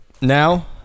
now